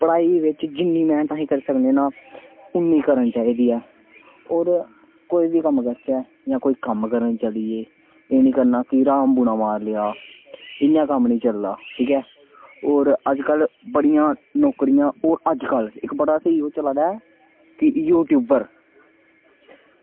पढ़ाई बिच अस जिन्नी मैह्नत करी सकने ना उन्नी करनी चाहिदी ऐ होर कोई बी कम्म करचै जां कोई कम्म करने गी चली गे एह् निं करना कि र्हामपुना मारी लेआ इंया कम्म निं चलदा ठीक ऐ होर अज्जकल बड़ियां नौकरियां ओह् अज्जकल बड़ा स्हेई चला दा ऐ कि यूट्यूबर